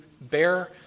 bear